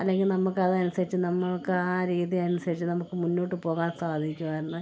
അല്ലെങ്കിൽ നമുക്ക് അതനുസരിച്ച് നമ്മൾക്ക് ആ രീതി അനുസരിച്ച് നമുക്ക് മുന്നോട്ട് പോകാൻ സാധിക്കുമായിരുന്നു